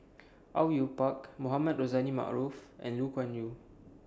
Au Yue Pak Mohamed Rozani Maarof and Lu Kuan Yew